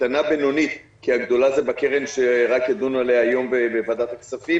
קטנה-בינונית כי הגדולה זה בקרן שרק ידונו עליה היום בוועדת הכספים